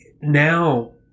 now